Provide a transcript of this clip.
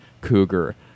Cougar